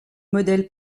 modèle